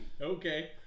okay